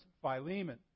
Philemon